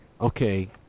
okay